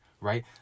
right